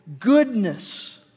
goodness